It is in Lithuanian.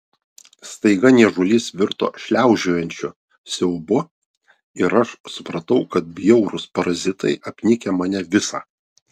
staiga niežulys virto šliaužiojančiu siaubu ir aš supratau kad bjaurūs parazitai apnikę mane visą